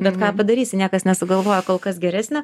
bet ką padarysi niekas nesugalvojo kol kas geresnio